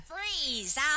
Freeze